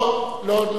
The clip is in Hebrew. לא יכולים.